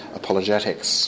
apologetics